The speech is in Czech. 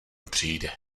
přijde